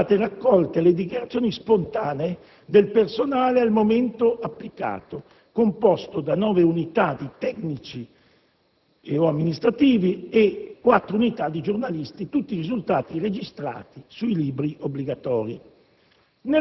sono state raccolte le dichiarazioni spontanee del personale al momento applicato, composto da nove unità di tecnici e/o amministrativi e quattro unità di giornalisti, tutti risultati registrati sui libri obbligatori.